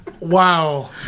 Wow